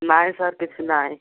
ନାହିଁ ସାର୍ କିଛି ନାହିଁ